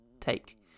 Take